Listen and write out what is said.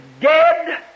dead